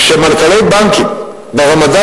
כשמנכ"לי בנקים ברמדאן,